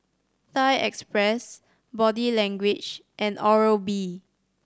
Thai Express Body Language and Oral B